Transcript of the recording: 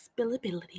spillability